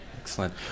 Excellent